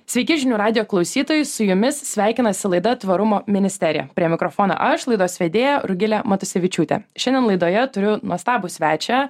sveiki žinių radijo klausytojai su jumis sveikinasi laida tvarumo ministerija prie mikrofono aš laidos vedėja rugilė matusevičiūtė šiandien laidoje turiu nuostabų svečią